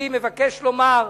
אני מבקש לומר,